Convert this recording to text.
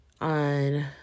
on